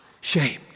shamed